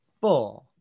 four